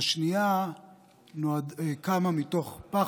והשנייה קמה מתוך פחד.